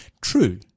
true